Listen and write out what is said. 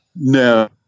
No